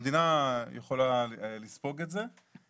המדינה יכולה לספוג את זה.